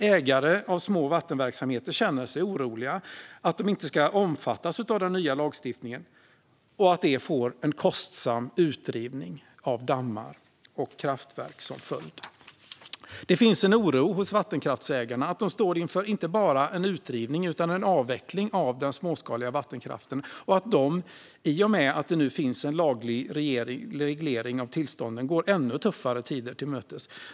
Ägare av små vattenverksamheter känner sig oroliga att de inte ska omfattas av den nya lagstiftningen och att det får en kostsam utredning av dammar och kraftverk som följd. Det finns en oro hos vattenkraftsägarna att de står inför inte bara en utdrivning utan en avveckling av den småskaliga vattenkraften och att de, i och med att det nu finns en laglig reglering av tillstånden, går ännu tuffare tider till mötes.